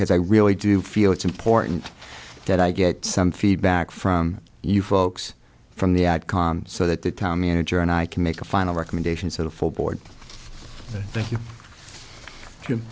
because i really do feel it's important that i get some feedback from you folks from the ad com so that the town manager and i can make a final recommendation to the full board